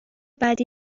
بعدی